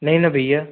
नहीं ना भईया